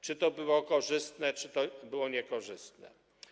Czy to było korzystne, czy to było niekorzystne?